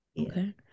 okay